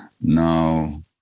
now